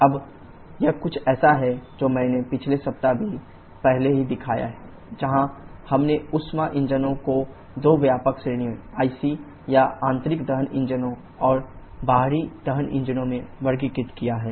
अब यह कुछ ऐसा है जो मैंने पिछले सप्ताह भी पहले ही दिखाया है जहाँ हमने ऊष्मा इंजनों को दो व्यापक श्रेणियों IC या आंतरिक दहन इंजनों और बाहरी दहन इंजनों में वर्गीकृत किया है